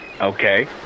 Okay